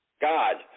God